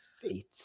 fate